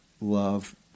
love